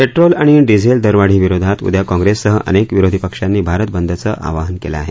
petrol आणि diesel दरवाढीविरोधात उद्या काँप्रेससह अनेक विरोधी पक्षांनी भारत बंदचं आवाहन केलं आहे